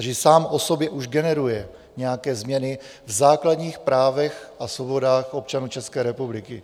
Takže sám o sobě už generuje nějaké změny v základních právech a svobodách občanů České republiky.